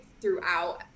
throughout